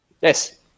Yes